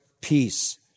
peace